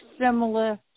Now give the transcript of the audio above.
similar